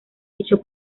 dicho